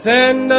Send